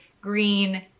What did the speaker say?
green